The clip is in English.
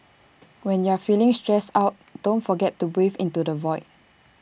when you are feeling stressed out don't forget to breathe into the void